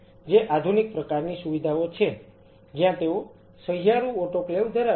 જે આધુનિક પ્રકારની સુવિધાઓ છે જ્યાં તેઓ સહિયારું ઓટોક્લેવ ધરાવે છે